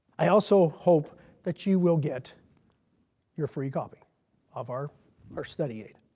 i also hope that you will get your free copy of our our study aid